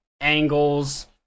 angles